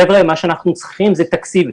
חבר'ה, מה שאנחנו צריכים זה תקציב.